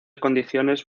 condiciones